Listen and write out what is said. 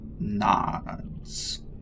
Nods